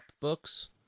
books